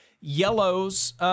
Yellow's